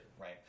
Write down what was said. right